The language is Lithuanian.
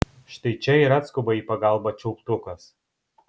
štai čia ir atskuba į pagalbą čiulptukas